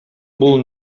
бул